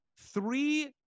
three